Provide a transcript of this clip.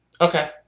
Okay